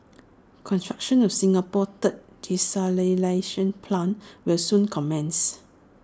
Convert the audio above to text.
construction of Singapore's third desalination plant will soon commence